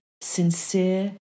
sincere